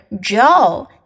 Joe